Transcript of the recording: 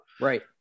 Right